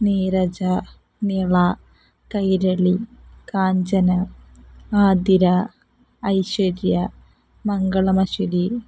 Neeraja Nila Kairali Kanchana Athira Aishwarya മംഗളമശ്വലി